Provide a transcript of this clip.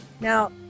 Now